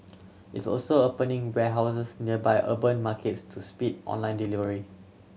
it's also opening warehouses near by urban markets to speed online delivery